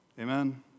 Amen